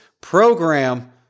program